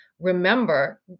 remember